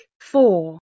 four